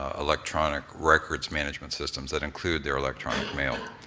ah electronic records management systems that include their electronic mail.